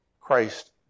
Christ